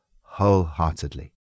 wholeheartedly